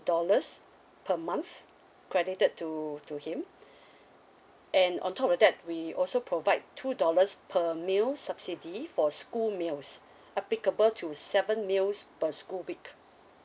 dollars per month credited to to him and on top of that we also provide two dollars per meal subsidy for school meals applicable to seven meals per school week